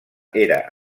era